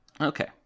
Okay